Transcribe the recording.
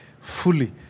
fully